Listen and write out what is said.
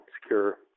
secure